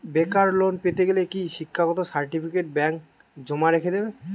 বেকার লোন পেতে গেলে কি শিক্ষাগত সার্টিফিকেট ব্যাঙ্ক জমা রেখে দেবে?